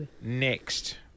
next